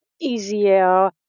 easier